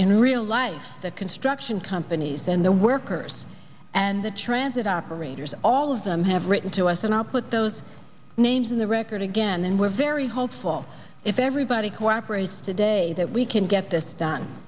real life the construction companies and the workers and the transit operators all of them have written to us and i'll put those names in the record again and we're very hopeful if everybody cooperates today that we can get this done